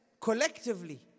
Collectively